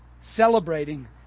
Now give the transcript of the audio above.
celebrating